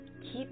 keep